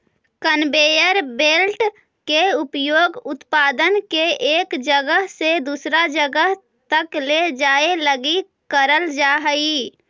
conveyor belt के उपयोग उत्पाद के एक जगह से दूसर जगह तक ले जाए लगी करल जा हई